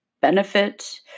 benefit